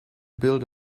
build